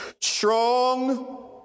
strong